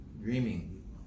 dreaming